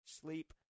sleep